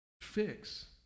fix